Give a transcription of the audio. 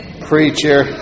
preacher